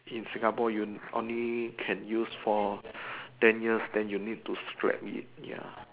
in Singapore you only can use for ten years than you need to scrape it ya